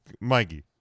Mikey